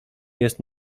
jest